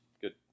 Good